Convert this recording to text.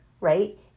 right